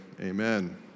Amen